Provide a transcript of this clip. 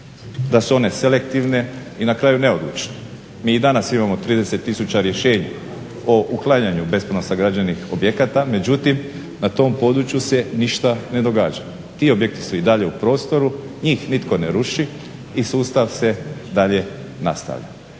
da su one selektivne i na kraju neodlučne. Mi i danas imao 30 tisuća rješenja o uklanjanju bespravno sagrađenih objekata, međutim na tom području se ništa ne događa, ti objekti su i dalje u prostoru, njih nitko ne ruši i sustav se dalje nastavlja.